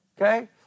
okay